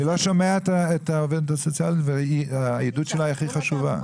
אני לא שומע את העובדת הסוציאלית והעדות שלה היא הכי חשובה,